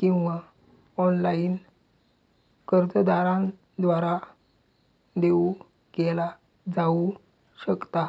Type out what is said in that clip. किंवा ऑनलाइन कर्जदारांद्वारा देऊ केला जाऊ शकता